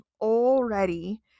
already